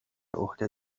عهده